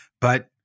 but-